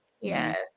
Yes